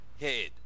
head